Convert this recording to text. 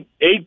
Eight